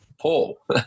Paul